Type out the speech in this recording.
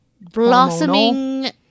blossoming